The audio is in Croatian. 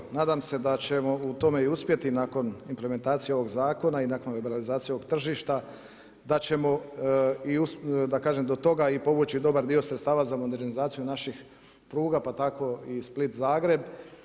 Ma evo nadam se da ćemo u tome uspjeti nakon implementacije ovog zakona i nakon liberalizacije ovog tržišta, da ćemo da kažem do toga i povući dobar dio sredstava za modernizaciju naših pruga pa tako i Split-Zagreb.